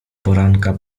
poranka